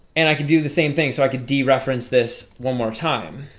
and i can do the same thing so i could dereference this one more time